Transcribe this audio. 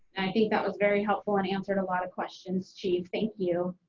i think that was very helpful and answered a lot of questions chief, thank you.